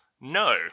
no